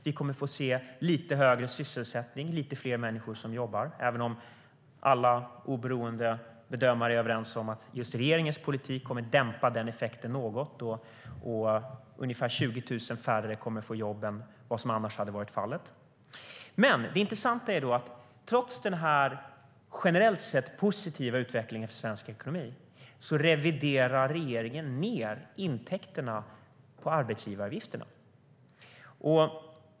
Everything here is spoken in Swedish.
Vi kommer att få se lite högre sysselsättning och lite fler människor som jobbar, även om alla oberoende bedömare är överens om att regeringens politik kommer att dämpa den effekten något och att ungefär 20 000 färre kommer att få jobb än vad som annars hade varit fallet. Det intressanta är att regeringen trots den här generellt sett positiva utvecklingen för svensk ekonomi reviderar ned intäkterna på arbetsgivaravgifterna.